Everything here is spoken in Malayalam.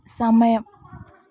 സമയം